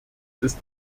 ist